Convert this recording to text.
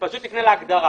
פשוט תפנה להגדרה.